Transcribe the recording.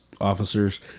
officers